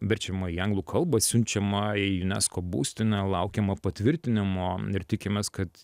verčiama į anglų kalbą siunčiama į unesco būstinę laukiama patvirtinimo ir tikimės kad